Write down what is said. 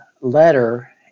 letter